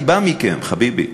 אני בא מכם, חביבי.